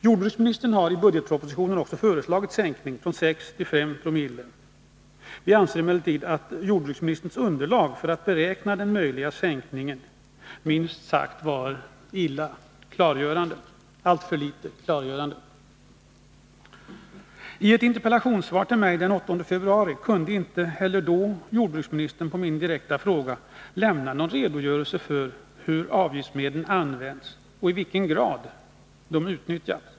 Jordbruksministern har i budgetpropositionen också föreslagit en sänkning från 6 till 5 Zoo. Vi anser emellertid att jordbruksministerns underlag för att beräkna den möjliga sänkningen är minst sagt alltför litet klargörande. I ett interpellationssvar till mig den 8 februari i år kunde inte heller då jordbruksministern på min direkta fråga lämna någon redogörelse för hur avgiftsmedlen använts och i vilken grad de utnyttjats.